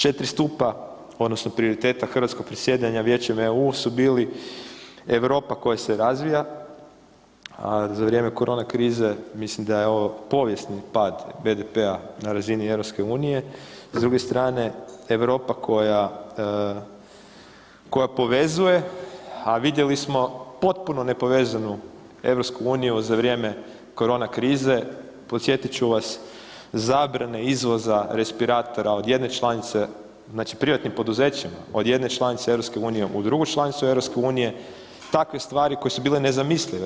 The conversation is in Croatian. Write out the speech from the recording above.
4 stupa odnosno prioriteta Hrvatskog predsjedanja Vijećem EU su bili Europa koja se razvija, a za vrijeme korona krize mislim da je ovo povijesni pad BDP-a na razini EU, s druge strane Europa koja povezuje, a vidjeli smo potpuno nepovezanu EU za vrijeme korona krize, podsjetit ću vas zabrane izvoza respiratora od jedne članice znači privatnim poduzećima od jedne članice EU u drugu članicu EU takve stvari koje su bile nezamislive.